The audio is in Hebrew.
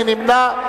מי נמנע?